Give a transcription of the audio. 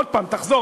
עוד הפעם תחזור,